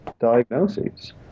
diagnoses